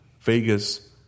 Vegas